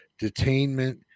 Detainment